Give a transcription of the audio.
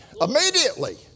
Immediately